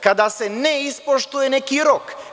Kada se ne ispoštuje neki rok?